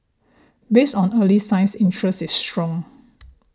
based on early signs interest is strong